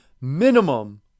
minimum